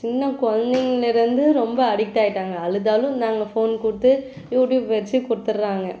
சின்னக் குலந்தைங்களேருந்து ரொம்ப அடிக்ட் ஆகிட்டாங்க அலுதாலும் நாங்கள் ஃபோன் கொடுத்து யூடியூப் வச்சி கொடுத்துட்றாங்க